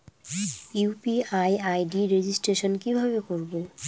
UPI ID registration কিভাবে করব?